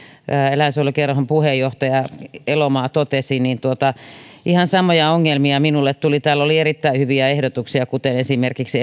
eläinsuojelukerhon puheenjohtaja elomaa totesi ihan samoja ongelmia minulle tuli täällä oli erittäin hyviä ehdotuksia kuten esimerkiksi